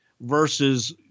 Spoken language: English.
versus